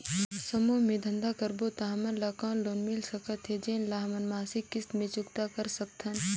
समूह मे धंधा करबो त हमन ल कौन लोन मिल सकत हे, जेन ल हमन मासिक किस्त मे चुकता कर सकथन?